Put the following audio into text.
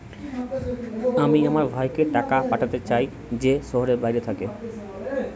আমি আমার ভাইকে টাকা পাঠাতে চাই যে শহরের বাইরে থাকে